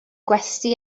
gwesty